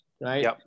right